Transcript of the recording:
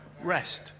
rest